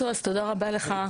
בוסו, תודה רבה לך.